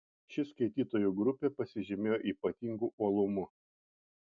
ši skaitytojų grupė pasižymėjo ypatingu uolumu